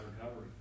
recovery